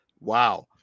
Wow